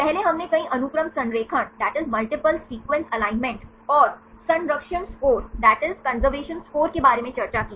पहले हमने कई अनुक्रम संरेखण और संरक्षण स्कोर के बारे में चर्चा की